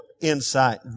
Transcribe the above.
insight